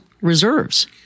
reserves